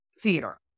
theater